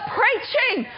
preaching